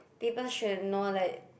people should know like